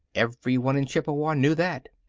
everyone in chippewa knew that.